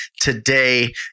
today